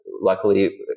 Luckily